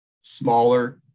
smaller